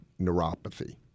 neuropathy